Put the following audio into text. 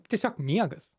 tiesiog miegas